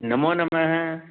नमोनमः